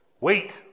Wait